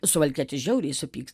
suvalkietis žiauriai supyks